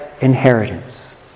inheritance